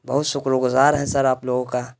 بہت شکر گزار ہے سر آپ لوگوں کا